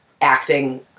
acting